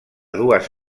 dues